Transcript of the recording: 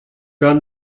dann